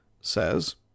Says